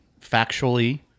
factually